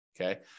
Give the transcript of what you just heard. Okay